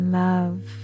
love